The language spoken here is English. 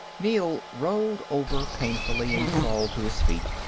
neel rolled over painfully and crawled to his feet.